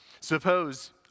Suppose